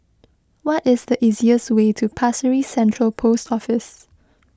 what is the easiest way to Pasir Ris Central Post Office